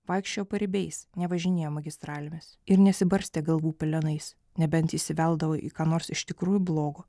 vaikščiojo paribiais nevažinėjo magistralėmis ir nesibarstė galvų pelenais nebent įsiveldavo į ką nors iš tikrųjų blogo